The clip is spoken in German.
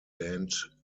band